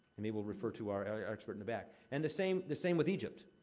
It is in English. and maybe we'll refer to our expert in the back. and the same the same with egypt.